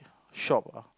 shop ah